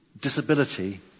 disability